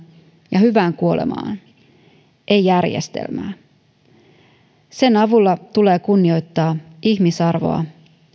ja hyvään kuolemaan ei järjestelmää sen avulla tulee kunnioittaa ihmisarvoa